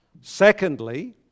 Secondly